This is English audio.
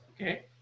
okay